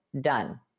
Done